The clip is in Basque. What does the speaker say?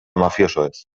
mafiosoez